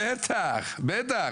בטח, בטח.